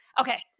Okay